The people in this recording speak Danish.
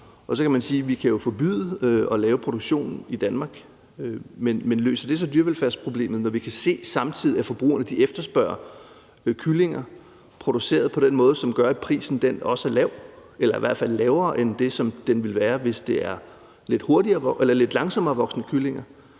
Vi kan jo forbyde at have produktionen i Danmark. Men løser det så dyrevelfærdsproblemet, når vi samtidig kan se, at forbrugerne efterspørger kyllinger produceret på den måde, hvilket gør, at prisen også er lav eller i hvert fald lavere end det, som den ville være, hvis det var lidt langsommere voksende kyllinger?